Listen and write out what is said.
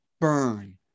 burn